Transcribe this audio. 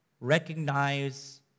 recognize